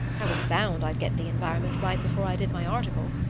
i was bound i'd get the environment right before i did my article.